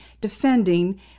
defending